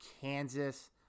Kansas